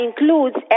includes